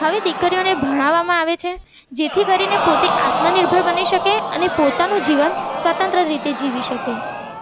હવે દીકરીઓને ભણાવવામાં આવે છે જેથી કરીને પોતે આત્મનિર્ભર બની શકે અને પોતાનું જીવન સ્વાતંત્ર્ય રીતે જીવી શકે